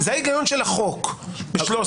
זה ההיגיון של החוק ב-13.